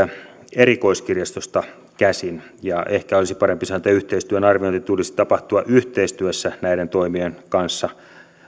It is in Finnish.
erikoiskirjastosta käsin ehkä olisi parempi sanoa että yhteistyön arvioinnin tulisi tapahtua yhteistyössä näiden toimijoiden kanssa